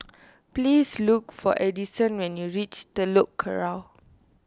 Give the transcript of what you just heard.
please look for Edison when you reach Telok Kurau